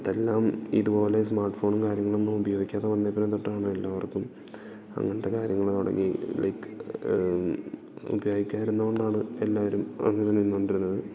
അതെല്ലാം ഇതുപോലെ സ്മാർട്ട് ഫോണും കാര്യങ്ങളൊന്നും ഉപയോഗിക്കാതെ വന്നപ്പഴ് തൊട്ടാണ് എല്ലാവർക്കും അങ്ങനത്തെ കാര്യങ്ങള് തുടങ്ങി ലൈക്ക് ഉപയോഗിക്കാതിരുന്നോണ്ടാണ് എല്ലാവരും അങ്ങനെ നിന്ന് കൊണ്ടിരിക്കുന്നത്